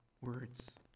words